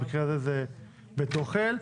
במקרה הזה זה בית אוכל.